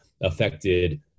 affected